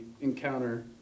encounter